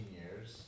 years